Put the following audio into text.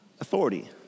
Authority